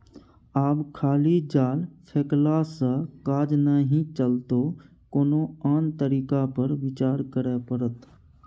आब खाली जाल फेकलासँ काज नहि चलतौ कोनो आन तरीका पर विचार करय पड़त